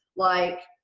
like,